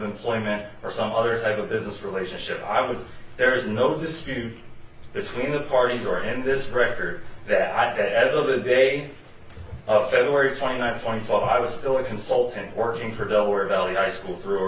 employment or some other type of business relationship i would there is no dispute between the parties or and this director that i as of the day of february twenty nine forty five i was still a consultant working for delaware valley high school through a